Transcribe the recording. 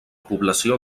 població